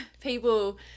People